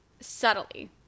Subtly